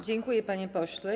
Dziękuję, panie pośle.